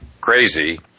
crazy